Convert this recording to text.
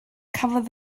cafodd